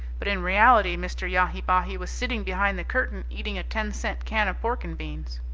but in reality mr. yahi-bahi was sitting behind the curtain eating a ten-cent can of pork and beans.